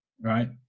right